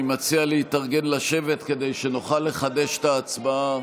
אני מציע להתארגן לשבת כדי שנוכל לחדש את ההצבעה